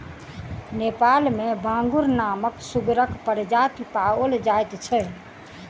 नेपाल मे बांगुर नामक सुगरक प्रजाति पाओल जाइत छै